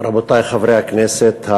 רבותי חברי הכנסת.